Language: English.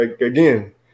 again